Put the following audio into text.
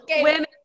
Women